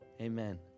Amen